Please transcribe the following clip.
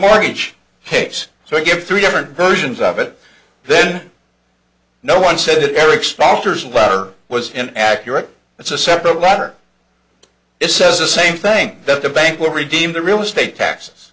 mortgage case so again three different versions of it then no one said erik spotters latter was an accurate it's a separate matter it says the same thing that the bank will redeem the real estate tax